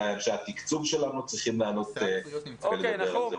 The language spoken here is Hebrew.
אולי אנשי התקצוב שלנו צריכים לעלות ולדבר על זה,